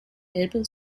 elbe